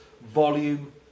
volume